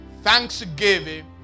thanksgiving